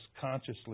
consciously